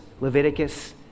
Leviticus